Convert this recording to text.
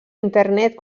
internet